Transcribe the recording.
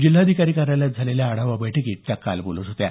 जिल्हाधिकारी कार्यालयात आयोजित आढावा बैठकीत त्या काल बोलत होत्या